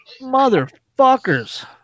motherfuckers